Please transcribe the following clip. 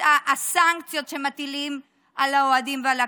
הסנקציות שמטילים על האוהדים ועל הקבוצות,